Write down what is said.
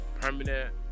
permanent